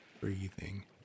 breathing